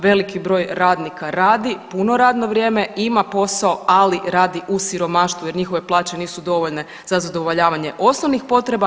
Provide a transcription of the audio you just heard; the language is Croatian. Veliki broj radnika radi puno radno vrijeme, imao posao, ali radi u siromaštvu jer njihove plaće nisu dovoljne za zadovoljavanje osnovnih potreba.